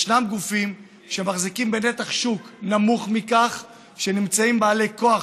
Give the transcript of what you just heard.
יש גופים שמחזיקים בנתח שוק נמוך מזה ונמצא שהם בעלי כוח